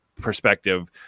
perspective